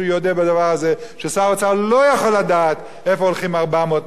ששר האוצר לא יכול לדעת לאן הולכים 400 מיליארד שקלים בשנה.